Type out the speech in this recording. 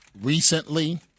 recently